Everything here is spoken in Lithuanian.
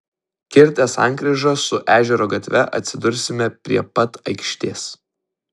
kirtę sankryžą su ežero gatve atsidursime prie pat aikštės